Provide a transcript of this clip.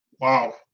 Wow